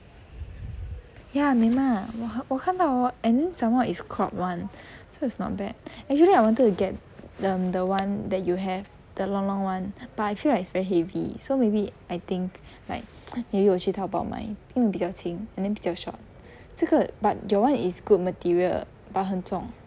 ya 美吗我我看到 hor and someone it's crop [one] so it's not bad actually I wanted to get the [one] that you have the long long [one] but I feel like it's very heavy so maybe I think like may be 我去淘宝买因为比较轻 and then 比较 short 这个 but your [one] is good material but 很重